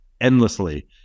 endlessly